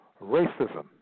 racism